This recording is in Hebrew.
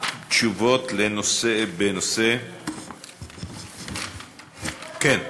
תשובות בנושא, כן.